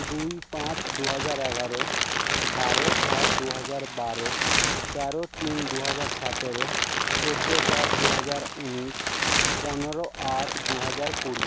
দুই পাঁচ দু হাজার এগারো বারো সাত দু হাজার বারো তেরো তিন দু হাজার সতেরো চোদ্দো চার দু হাজার উনিশ পনেরো আট দু হাজার কুড়ি